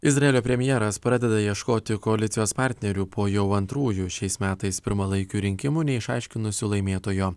izraelio premjeras pradeda ieškoti koalicijos partnerių po jau antrųjų šiais metais pirmalaikių rinkimų neišaiškinusių laimėtojo